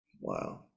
Wow